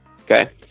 okay